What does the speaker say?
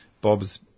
Bob's